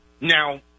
Now